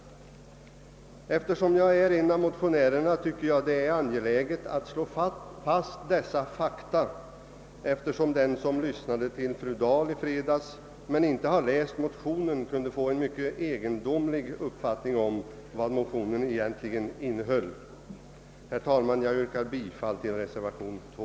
Som en av motionärerna tycker jag det är angeläget att slå fast dessa fakta, eftersom den som lyssnade till fru Dahl i fredags men inte har läst motionen kunde få en mycket egendomlig uppfattning om vad motionen egentligen innehåller. Herr talman! Jag yrkar bifall till reservation 2.